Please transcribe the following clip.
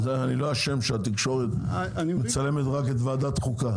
אני לא אשם שהתקשורת מצלמת רק את ועדת חוקה.